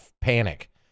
panic